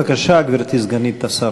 בבקשה, גברתי סגנית השר.